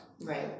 Right